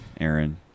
Aaron